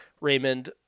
Raymond